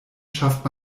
schafft